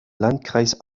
landkreis